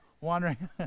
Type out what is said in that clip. wandering